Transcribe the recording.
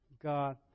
God